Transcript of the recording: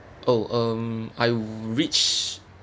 oh um I reach